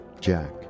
jack